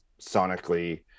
sonically